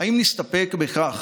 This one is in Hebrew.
"האם נסתפק בכך